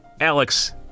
Alex